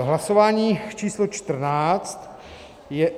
Hlasování číslo čtrnáct je...